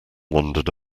wondered